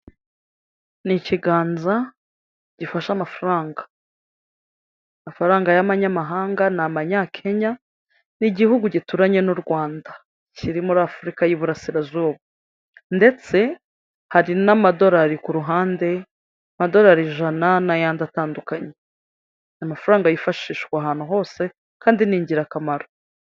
Ni ikiganza gifashe amafaranga, amafaranga y'abanyamahanga ni Amanyakenya, ni Igihugu gituranye n'u Rwanda, kiri muri Afurika y'Iburasirazuba ndetse hari n'amadolari ku ruhande, amadolari ijana n'ayandi atandukanye. Ni amafaranga yifashishwa ahantu hose kandi ni ingirakamaro.